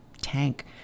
tank